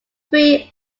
three